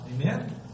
Amen